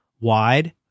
wide